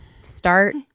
start